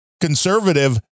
conservative